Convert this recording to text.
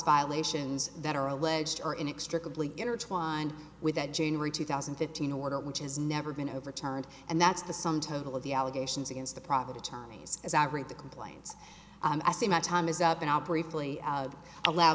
violations that are alleged are inextricably intertwined with that january two thousand and fifteen order which has never been overturned and that's the sum total of the allegations against the private attorneys as i read the complaints i see my time is up in our briefly a